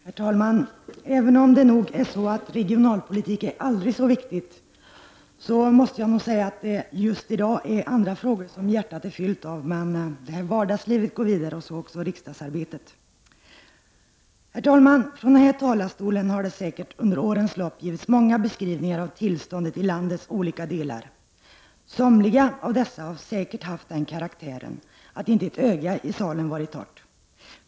Herr talman! Även om regionalpolitiken är aldrig så viktig, är det andra frågor som hjärtat är fullt av just i dag, men vardagslivet går vidare och så även riksdagsarbetet. Herr talman! Från den här talarstolen har det under årens lopp säkert givits många beskrivningar av tillståndet i landets olika delar. Somliga av dessa beskrivningar har säkert haft den karaktären att inte ett öga i salen varit torrt.